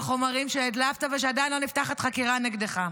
על חומרים שהדלפת ושעדיין לא נפתחת חקירה נגדך.